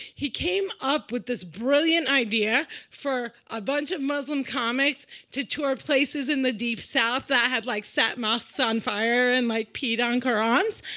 he came up with this brilliant idea for a bunch of muslim comics to tour places in the deep south that had, like, set mosques on fire and i like peed on qurans.